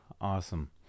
Awesome